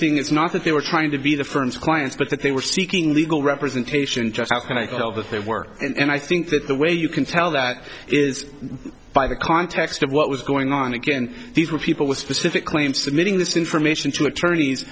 thing is not that they were trying to be the firm's clients but that they were seeking legal representation just how clinical that they work and i think that the way you can tell that is by the context of what was going on again these were people with specific claims submitting this information to attorneys